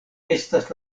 estas